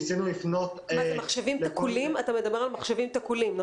ניסינו לפנות --- אתה מדבר על מחשבים תקולים,